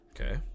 Okay